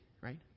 right